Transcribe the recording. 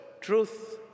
truth